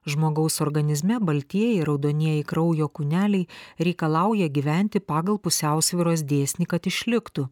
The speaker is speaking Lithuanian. žmogaus organizme baltieji raudonieji kraujo kūneliai reikalauja gyventi pagal pusiausvyros dėsnį kad išliktų